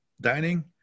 dining